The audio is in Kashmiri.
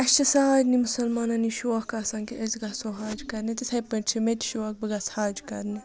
اَسہِ چھِ سارنی مُسلمانَن یہِ شوق آسان کہِ أسۍ گژھو حج کَرنہِ تِتھَے پٲٹھۍ چھِ مےٚ تہِ شوق بہٕ گژھٕ حظ کَرنہِ